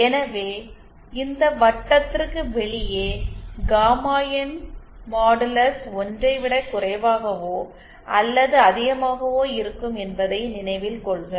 எனவே இந்த வட்டத்திற்கு வெளியே காமா இன் மாடுலஸ் 1 ஐ விட குறைவாகவோ அல்லது அதிகமாகவோ இருக்கும் என்பதை நினைவில் கொள்க